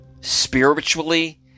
spiritually